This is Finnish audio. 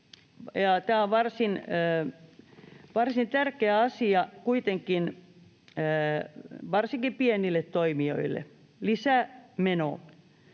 tämä on varsin tärkeä asia varsinkin pienille toimijoille, lisämeno,